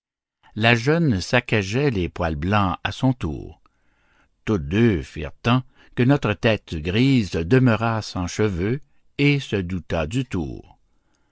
la jeune saccageait les poils blancs à son tour toutes deux firent tant que notre tête grise demeura sans cheveux et se douta du tour